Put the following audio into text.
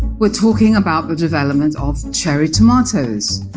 we are talking about the development of cherry tomatoes